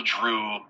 drew